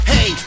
Hey